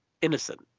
innocent